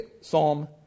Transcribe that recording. Psalm